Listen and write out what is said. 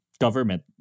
government